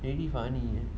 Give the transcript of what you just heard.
very funny eh